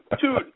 two